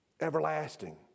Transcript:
everlasting